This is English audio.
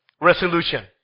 resolution